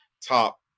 top